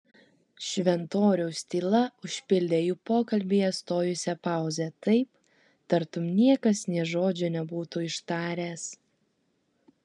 šventoriaus tyla užpildė jų pokalbyje stojusią pauzę taip tartum niekas nė žodžio nebūtų ištaręs